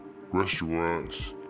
restaurants